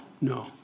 no